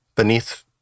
Beneath